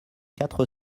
quatre